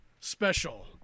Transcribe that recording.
special